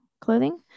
clothing